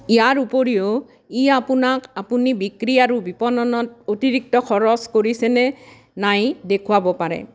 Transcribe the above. ইয়াৰ উপৰিও ই আপোনাক আপুনি বিক্ৰী আৰু বিপণনত অতিৰিক্ত খৰচ কৰিছেনে নাই দেখুৱাব পাৰে